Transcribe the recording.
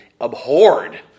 abhorred